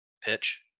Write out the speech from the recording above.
pitch